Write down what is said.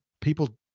people